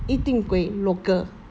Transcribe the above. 一定给 local